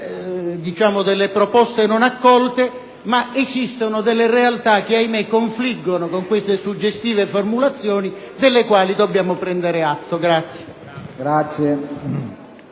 aspetti delle proposte non accolte, ma esistono delle realtà che - ahimè - confliggono con queste suggestive formulazioni, delle quali dobbiamo prendere atto.